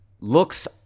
looks